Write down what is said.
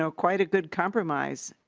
so quite a good compromise.